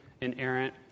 inerrant